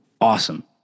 awesome